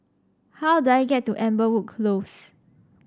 how do I get to Amberwood Close